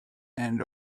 and